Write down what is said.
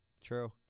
True